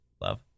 love